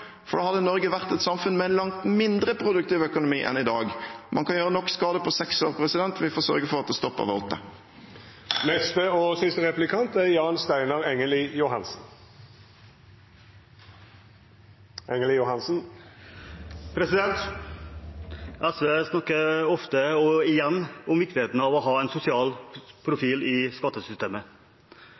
for da hadde Norge vært et samfunn med langt mindre produktiv økonomi enn i dag. Man kan gjøre nok skade på seks år – vi får sørge for at det stopper ved åtte. SV snakker ofte og igjen om viktigheten av å ha en sosial profil i skattesystemet.